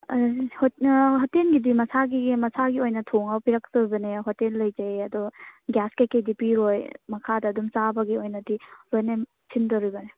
ꯍꯣꯇꯦꯜꯒꯤꯗꯤ ꯃꯁꯥꯒꯤ ꯃꯁꯥꯒꯤ ꯑꯣꯏꯅ ꯊꯣꯡꯉ ꯄꯤꯔꯛꯇꯧꯕꯅꯦ ꯍꯣꯇꯦꯜ ꯂꯩꯖꯩ ꯑꯗꯣ ꯒ꯭ꯌꯥꯁ ꯀꯩꯀꯩꯗꯤ ꯄꯤꯔꯣꯏ ꯃꯈꯥꯗ ꯑꯗꯨꯝ ꯆꯥꯕꯒꯤ ꯑꯣꯏꯅꯗꯤ ꯂꯣꯏꯅ ꯁꯤꯟꯗꯧꯔꯤꯕꯅꯤ